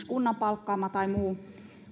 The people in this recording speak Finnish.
kunnan palkkaama tai muu